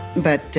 but